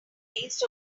based